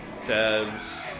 Tabs